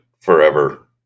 forever